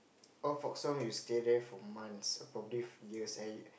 old folk's home you stay there for months probably for years